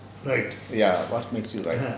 ya what makes you write